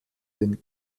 den